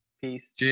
Peace